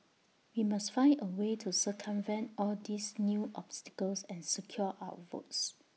we must find A way to circumvent all these new obstacles and secure our votes